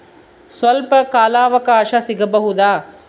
ಸ್ವಲ್ಪ ಕಾಲ ಅವಕಾಶ ಸಿಗಬಹುದಾ?